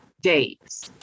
days